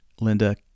Linda